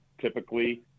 typically